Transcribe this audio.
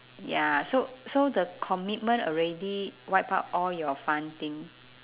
ya so so the commitment already wipe out all your fun thing